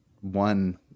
one